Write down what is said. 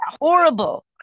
horrible